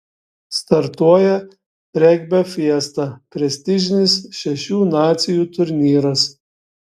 startuoja regbio fiesta prestižinis šešių nacijų turnyras